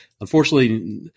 Unfortunately